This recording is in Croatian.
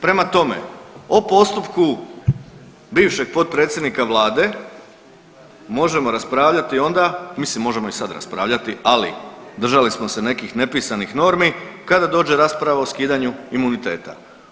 Prema tome o postupku bivšeg potpredsjednika vlade možemo raspravljati onda, mislim možemo i sad raspravljati, ali držali smo se nekih nepisanih normi kada dođe rasprava o skidanju imuniteta.